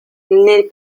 nel